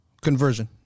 conversion